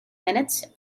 minutes